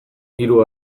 hiru